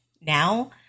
now